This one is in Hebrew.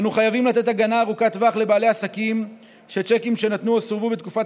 אנו חייבים לתת הגנה ארוכת טווח לבעלי עסקים שצ'קים שנתנו סורבו בתקופת